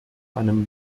einem